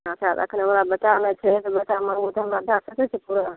अच्छा अखन हमरा बेटा नहि छै बेटा माँगबै तऽ हमरा भए सकैत छै पूरा